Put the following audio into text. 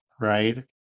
right